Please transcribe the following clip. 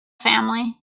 family